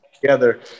together